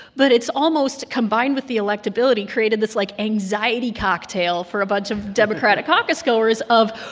but it's almost, combined with the electability, created this, like, anxiety cocktail for a bunch of democratic caucusgoers of,